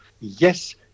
yes